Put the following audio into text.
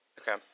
Okay